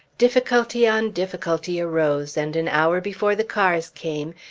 difficulty on difficulty arose, and an hour before the cars came,